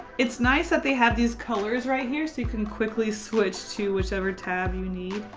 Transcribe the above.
it's nice that they have these colors right here so you can quickly switch to whichever tab you need.